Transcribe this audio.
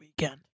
weekend